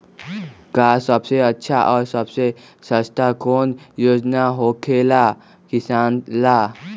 आ सबसे अच्छा और सबसे सस्ता कौन योजना होखेला किसान ला?